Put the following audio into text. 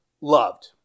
loved